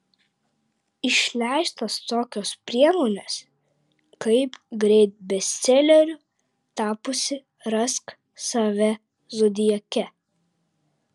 išleistos tokios priemonės kaip greit bestseleriu tapusi rask save zodiake